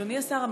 אדוני השר,